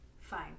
Fine